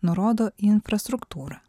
nurodo į infrastruktūrą